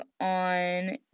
on